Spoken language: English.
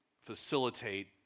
facilitate